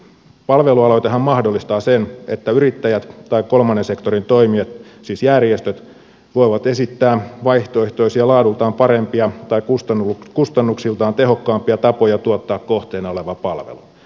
palvelualoitehan mahdollistaa sen että yrittäjät tai kolmannen sektorin toimijat siis järjestöt voivat esittää vaihtoehtoisia laadultaan parempia tai kustannuksiltaan tehokkaampia tapoja tuottaa kohteena oleva palvelu